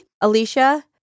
alicia